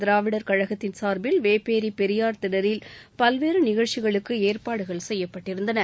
திராவிடர் கழகத்தின் சார்பில் வேப்பேரி பெரியார் திடலில் பல்வேறு நிகழ்ச்சிகளுக்கு ஏற்பாடு செய்யப்பட்டிருந்தன